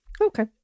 Okay